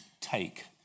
take